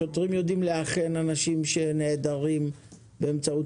שוטרים יודעים לאכן אנשים שנעדרים באמצעות